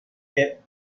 hit